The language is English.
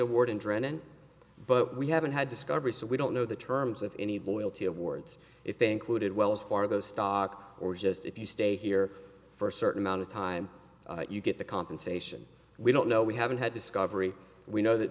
award and drennen but we haven't had discovery so we don't know the terms of any loyalty awards if they included wells fargo stock or just if you stay here for a certain amount of time you get the compensation we don't know we haven't had discovery we know that